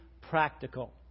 practical